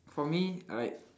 for me like